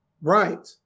Right